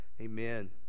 Amen